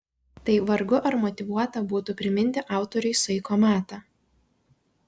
tai vargu ar motyvuota būtų priminti autoriui saiko matą